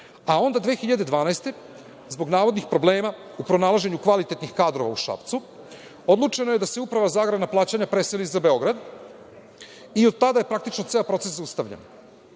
a onda 2012. godine, zbog navodnih problema u pronalaženju kvalitetnih kadrova u Šapcu, odlučeno je da se Uprava za agrarna plaćanja preseli za Beograd i od tada je praktično ceo proces zaustavljen.